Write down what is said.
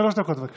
שלוש דקות, בבקשה.